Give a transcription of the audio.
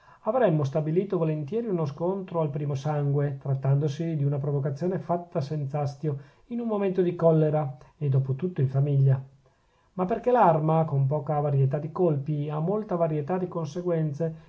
avremmo stabilito volentieri uno scontro al primo sangue trattandosi di una provocazione fatta senz'astio in un momento di collera e dopo tutto in famiglia ma perchè l'arma con poca varietà di colpi ha molta varietà di conseguenze